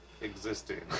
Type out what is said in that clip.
existing